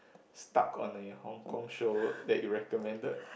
stuck on a Hong-Kong show that you recommended